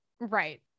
Right